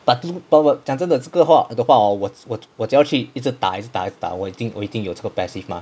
but since forward 讲真的这个话的话 hor 我我只要去一直打一直打一直打我已经有这个 passive mah